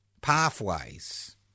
pathways